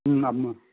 नाम